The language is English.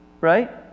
right